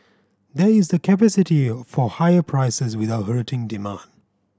there is the capacity for higher prices without hurting demand